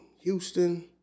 Houston